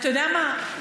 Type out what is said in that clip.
אין הפרטות שהן בסדר.